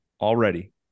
already